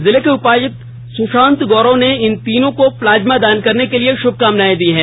जिले के उपायुक्त सुशांत गौरव ने इन तीनों को प्लाज्मा दान करने के लिए शुभकामनाएं दी है